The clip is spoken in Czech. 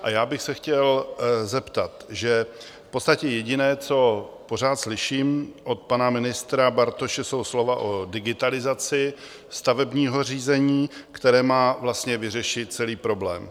A já bych se chtěl zeptat v podstatě jediné, co pořád slyším od pana ministra Bartoše, jsou slova o digitalizaci stavebního řízení, které má vyřešit celý problém.